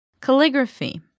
Calligraphy